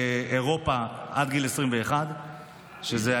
דרך אגב, הם יהיו פה.